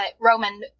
Roman